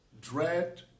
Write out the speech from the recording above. dread